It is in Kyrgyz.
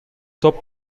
топ